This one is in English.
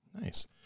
Nice